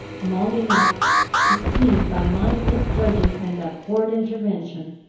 long enough to see, by my misjudging and abhorred intervention,